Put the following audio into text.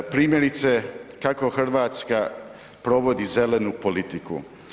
Primjerice, kako Hrvatska provodi zelenu politiku.